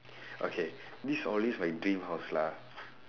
okay this is always my dream house lah